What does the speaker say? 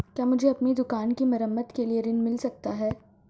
क्या मुझे अपनी दुकान की मरम्मत के लिए ऋण मिल सकता है?